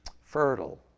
fertile